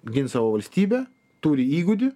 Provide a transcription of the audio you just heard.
gint savo valstybę turi įgūdį